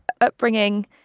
upbringing